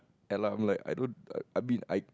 and I'm like I don't I mean I